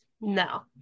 No